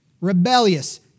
rebellious